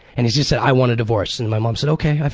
and he just said i want a divorce and my mom said ok.